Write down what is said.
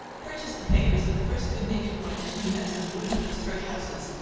purchased the favours of the first good-natured wench whom he met on the ruins of the destroyed houses,